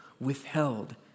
withheld